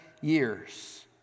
years